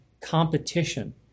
competition